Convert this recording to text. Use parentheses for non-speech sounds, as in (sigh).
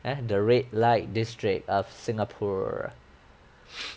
ah the red light district of singapore (noise)